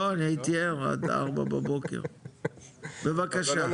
לא, אני הייתי ער עד 04:00. בבקשה.